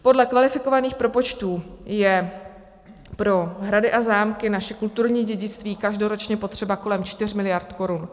Podle kvalifikovaných propočtů je pro hrady a zámky, naše kulturní dědictví, každoročně potřeba kolem 4 miliard korun.